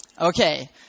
Okay